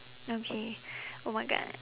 okay oh my god